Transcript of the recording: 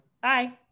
Bye